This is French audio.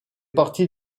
partie